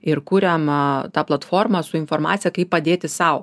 ir kuriam tą platformą su informacija kaip padėti sau